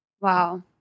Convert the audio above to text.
wow